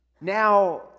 Now